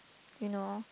you know